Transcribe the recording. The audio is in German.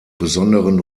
besonderen